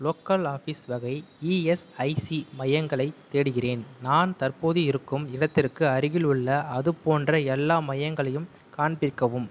local office வகை ESIC மையங்களைத் தேடுகிறேன் நான் தற்போது இருக்கும் இடத்திற்கு அருகிலுள்ள அதுபோன்ற எல்லா மையங்களையும் காண்பிக்கவும்